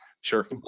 Sure